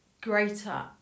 greater